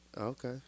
Okay